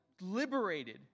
liberated